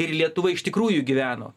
ir lietuva iš tikrųjų gyveno